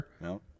No